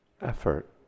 effort